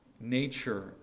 nature